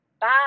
bye